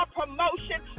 promotion